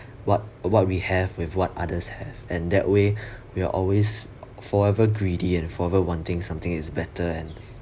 what uh what we have with what others have and that way we are always forever greedy and forever wanting something that's better and